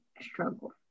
struggle